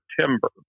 September